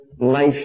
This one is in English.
life